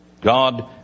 God